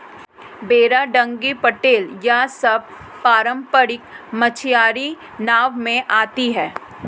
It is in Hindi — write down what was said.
बेड़ा डोंगी पटेल यह सब पारम्परिक मछियारी नाव में आती हैं